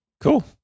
cool